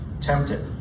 tempted